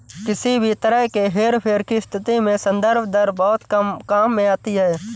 किसी भी तरह के हेरफेर की स्थिति में संदर्भ दर बहुत काम में आती है